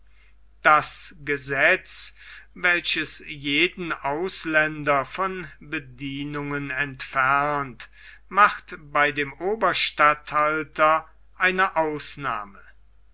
das gesetz welches jeden ausländer von bedienungen entfernt macht bei dem oberstatthalter eine ausnahme